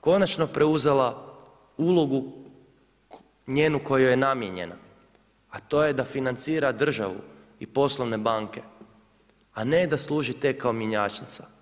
konačno preuzela ulogu njenu koja joj je namijenjena, a to je da financira državu i poslovne banke, a ne da služi tek kao mjenjačnica.